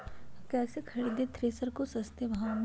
कैसे खरीदे थ्रेसर को सस्ते भाव में?